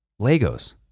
Legos